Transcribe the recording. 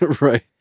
Right